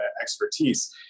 expertise